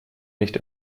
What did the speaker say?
nicht